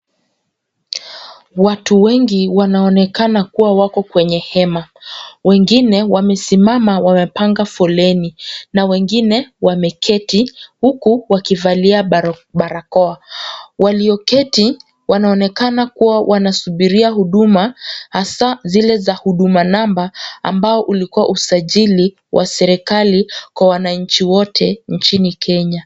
Watu wengi wanaonekana kuwa wako kwenye hema wengine wamesimama wamepanga foleni na wengine wameketi, huku wakivalia barakoa. Walioketi wanaonekana kuwa wanasubiria huduma hasa zile za huduma namba ambao ulikua usajili wa serikali kwa wananchi wote nchini Kenya.